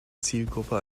zielgruppe